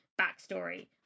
backstory